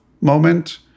moment